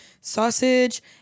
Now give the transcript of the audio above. sausage